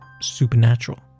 supernatural